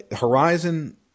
Horizon